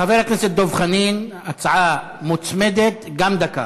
חבר הכנסת דב חנין, הצעה מוצמדת, גם דקה.